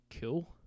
Cool